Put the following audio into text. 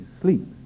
sleep